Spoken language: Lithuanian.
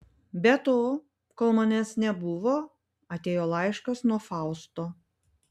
be to kol manęs nebuvo atėjo laiškas nuo fausto